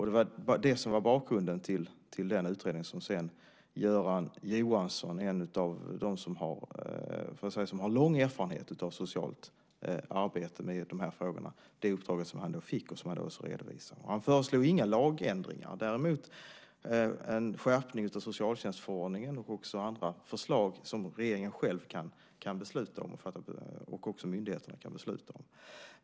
Det var bakgrunden till den utredning som sedan Göran Johansson, en av dem i Sverige som har lång erfarenhet av socialt arbete med de här frågorna, fick i uppdrag att göra och som han nu redovisat. Han föreslog inga lagändringar, däremot en skärpning av socialtjänstförordningen och andra förslag där regeringen själv och myndigheterna kan besluta.